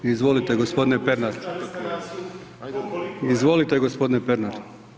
Izvolite gospodine Pernar. ... [[Upadica se ne čuje.]] Izvolite gospodine Pernar.